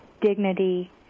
dignity